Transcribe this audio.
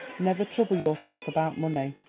never trouble yourself about money.